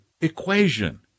equation